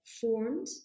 formed